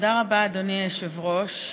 תודה רבה, אדוני היושב-ראש.